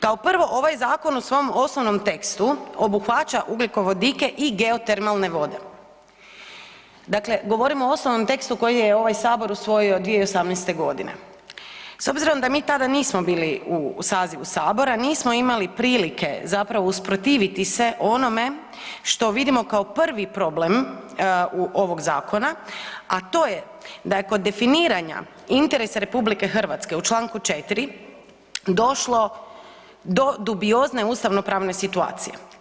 Kao prvo, ovaj zakon u svom osnovnom tekstu obuhvaća ugljikovodike i geotermalne vode, dakle govorim o osnovnom tekstu koji je ovaj Sabor usvojio 2018.g. S obzirom da mi tada nismo bili u sazivu Sabora, nismo imali prilike usprotiviti se onome što vidimo kao prvi problem ovog zakona, a to je kod definiranja interes RH u čl. 4.došlo do dubiozne ustavnopravne situacije.